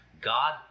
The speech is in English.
God